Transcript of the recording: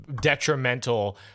detrimental